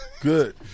Good